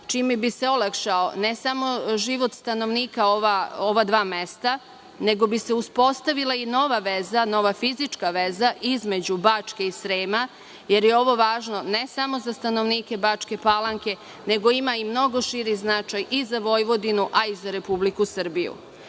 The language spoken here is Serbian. čime bi se olakšao ne samo život stanovnika ova dva mesta, nego bi se uspostavila i nova fizička veza između Bačke i Srema, jer je ovo važno ne samo za stanovnike Bačke Palanke, nego ima mnogo širi značaj i za Vojvodinu i za Republiku Srbiju. Takvom